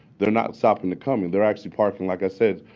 they're not stopping to come in. they're actually parking, like i said,